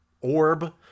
orb